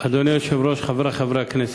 אדוני היושב-ראש, חברי חברי הכנסת,